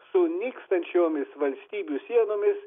su nykstančiomis valstybių sienomis